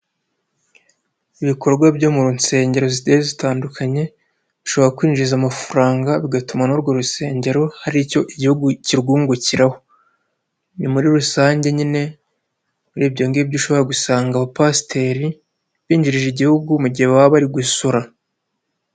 Ibikorwa byo mu nsengero zigiye zitandukanye, bishobora kwinjiza amafaranga bigatuma n'urwo rusengero hari icyo igihugu kirwungukiraho, ni muri rusange nyine urebye muri ibyongibyo ushobora gusanga abapasiteri binjirije Igihugu, mu gihe baba bari gusora.